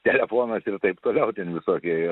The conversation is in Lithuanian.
telefonas ir taip toliau ten visokie